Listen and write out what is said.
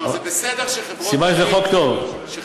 סימן שזה חוק טוב.